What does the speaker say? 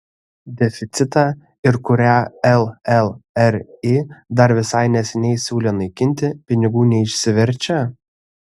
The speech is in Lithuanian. deficitą ir kurią llri dar visai neseniai siūlė naikinti pinigų neišsiverčia